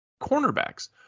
cornerbacks